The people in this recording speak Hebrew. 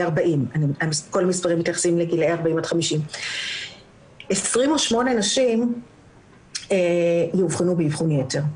40. כל המספרים מתייחסים לגילאי 40-50. 28 נשים יאובחנו באבחון יתר,